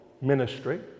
ministry